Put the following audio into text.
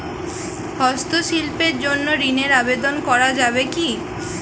হস্তশিল্পের জন্য ঋনের আবেদন করা যাবে কি?